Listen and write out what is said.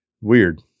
Weird